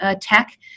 tech